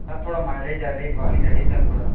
sir थोड़ा mileage वाइलेज वाली रहे सर थोड़ा